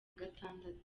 gatandatu